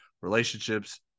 relationships